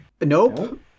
Nope